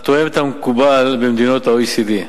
התואם את המקובל במדינות ה-OECD.